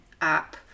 app